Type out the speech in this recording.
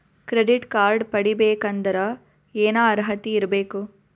Credit card ಪಡಿಬೇಕಂದರ ಏನ ಅರ್ಹತಿ ಇರಬೇಕು?